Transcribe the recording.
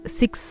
six